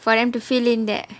for them to fill in there